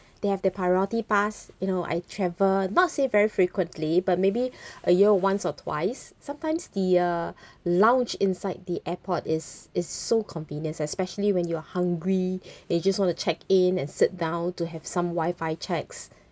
they have the priority pass you know I travel not say very frequently but maybe a year once or twice sometimes the uh lounge inside the airport is is so convenient especially when you are hungry then you just want to check in and sit down to have some wi-fi checks